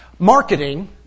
Marketing